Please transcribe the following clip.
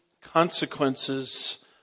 Consequences